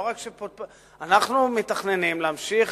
אנחנו מתכננים להמשיך